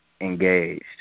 engaged